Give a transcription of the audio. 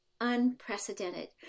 unprecedented